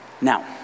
Now